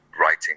writing